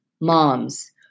Moms